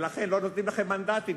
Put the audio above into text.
ולכן לא נותנים לכם מנדטים,